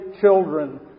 children